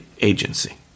agency